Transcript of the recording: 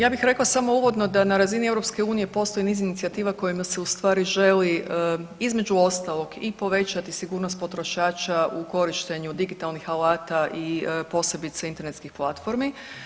Ja bih rekla samo uvodno da na razini EU postoji niz inicijativa kojima se ustvari želi između ostalog i povećati sigurnost potrošača u korištenju digitalnih alata, posebice internetskih platformi.